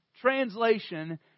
translation